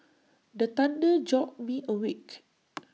the thunder jolt me awake